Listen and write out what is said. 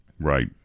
right